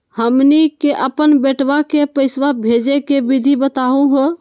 हमनी के अपन बेटवा क पैसवा भेजै के विधि बताहु हो?